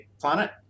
planet